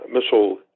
missile